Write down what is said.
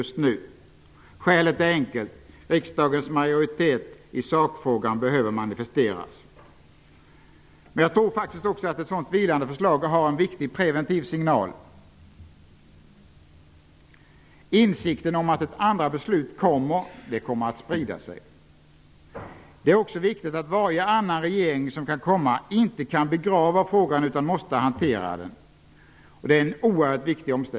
Skälet är enkelt. Riksdagens majoritet i sakfrågan behöver manifesteras. Men jag tror faktiskt att ett sådant vilande förslag är en viktig preventiv signal. Insikten om att ett andra beslut skall tas kommer att sprida sig. Det är också viktigt att varje annan regering som kan komma inte har möjlighet att begrava frågan utan måste hantera den.